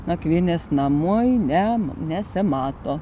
nakvynės namai ne nesimato